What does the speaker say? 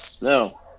No